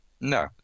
No